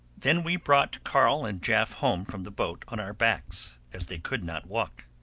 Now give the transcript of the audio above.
then we brought carl and jaf home from the boat on our backs, as they could not walk.